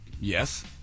Yes